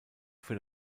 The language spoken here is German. für